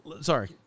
Sorry